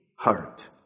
heart